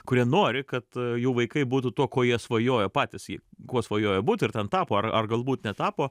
kurie nori kad jų vaikai būtų tuo kuo jie svajojo patys jie kuo svajoja būt ir ten tapo ar ar galbūt netapo